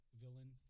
villain